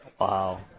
Wow